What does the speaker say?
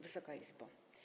Wysoka Izbo!